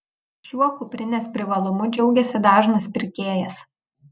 šiuo kuprinės privalumu džiaugiasi dažnas pirkėjas